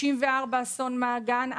1954 - אסון מעגן,